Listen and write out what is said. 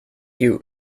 you